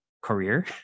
career